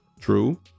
True